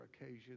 occasion